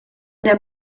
der